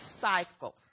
cycle